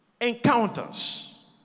encounters